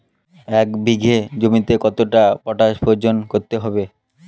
এক বিঘে জমিতে কতটা পটাশ প্রয়োগ করতে হবে?